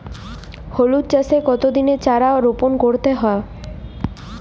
হলুদ চাষে কত দিনের চারা রোপন করতে হবে?